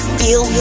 feel